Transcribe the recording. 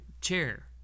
chair